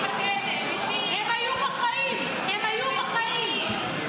הם היו בחיים, הם היו בחיים.